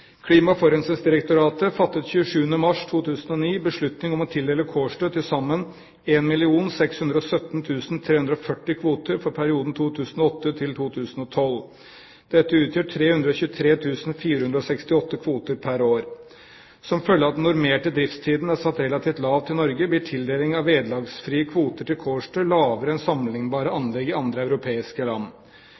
Klima- og forurensningsdirektoratet fattet 27. mars 2009 beslutning om å tildele Kårstø til sammen 1 617 340 kvoter for perioden 2008–2012. Dette utgjør 323 468 kvoter pr. år. Som følge av at den normerte driftstiden er satt relativt lavt i Norge, blir tildeling av vederlagsfrie kvoter til Kårstø lavere enn til sammenlignbare anlegg i andre europeiske land.